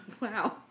Wow